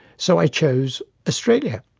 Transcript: so i chose australia.